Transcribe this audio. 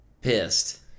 pissed